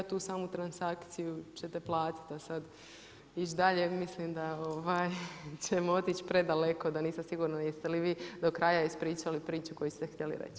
Tu samu transakciju ćete platiti, a sad ići dalje mislim da ćemo otići predaleko, da nisam sigurna jeste li vi do kraja ispričali priču koju ste htjeli reći.